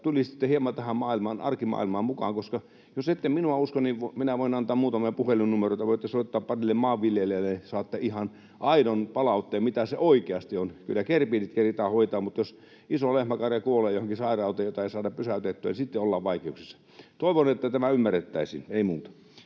tulisitte hieman tähän maailmaan, arkimaailmaan mukaan, koska jos ette minua usko, niin minä voin antaa muutamia puhelinnumeroita. Voitte soittaa parille maanviljelijälle, niin saatte ihan aidon palautteen, mitä se oikeasti on. Kyllä gerbiilit keritään hoitaa, mutta jos iso lehmäkarja kuolee johonkin sairauteen, jota ei saada pysäytettyä, niin sitten ollaan vaikeuksissa. Toivon, että tämä ymmärrettäisiin. — Ei muuta.